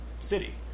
city